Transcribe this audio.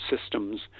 systems